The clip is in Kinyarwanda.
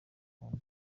kundi